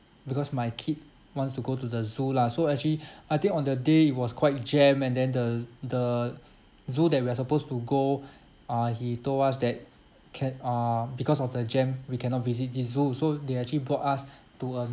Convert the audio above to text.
because my kid wants to go to the zoo lah so actually I think on the day was quite jam and then the the zoo that we're supposed to go uh he told us that can~ uh because of the jam we cannot visit this zoo so they actually brought us to a